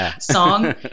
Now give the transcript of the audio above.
song